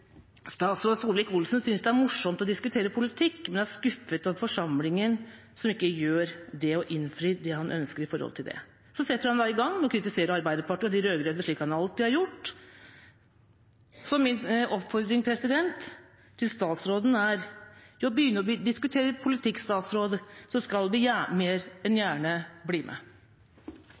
Statsråd Solvik-Olsen synes det er morsomt å diskutere politikk, men er skuffet over forsamlingen som ikke innfrir det han ønsker med hensyn til det. Så setter han i gang med å kritisere Arbeiderpartiet og de rød-grønne, slik han alltid har gjort. Min oppfordring til statsråden er: Vil han begynne å diskutere politikk, skal vi mer enn gjerne bli med. Jeg forstår veldig godt at statsråden blir